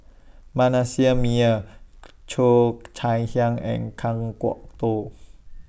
Manasseh Meyer Cheo Chai Hiang and Kan Kwok Toh